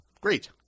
great